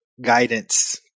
guidance